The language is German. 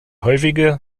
häufige